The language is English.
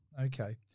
Okay